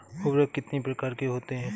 उर्वरक कितनी प्रकार के होते हैं?